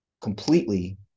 completely